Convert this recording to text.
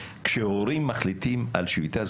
כשהורים מחליטים על שביתה,